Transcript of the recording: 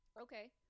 Okay